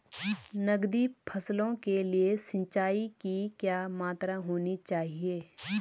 नकदी फसलों के लिए सिंचाई की क्या मात्रा होनी चाहिए?